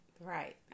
Right